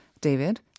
David